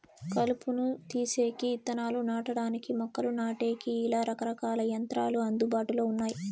కలుపును తీసేకి, ఇత్తనాలు నాటడానికి, మొక్కలు నాటేకి, ఇలా రకరకాల యంత్రాలు అందుబాటులో ఉన్నాయి